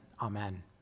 amen